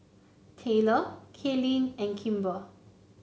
Tayler Kaylynn and Kimber